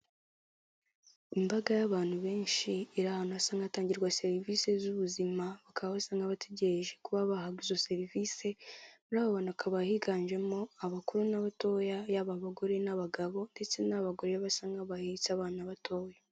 Imbaga y'abantu benshi iri ahantu hasa nka hatangirwa serivisi z'ubuzima, bakaba basa nk'abategereje kuba bahabwa izo serivisi muri abo bantu bakaba higanjemo abakuru n'abatoya, yaba bagore n'abagabo ndetse n'abagore basa nka bahetse abana batoya.